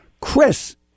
Chris